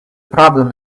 problem